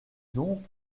donc